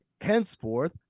henceforth